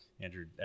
Andrew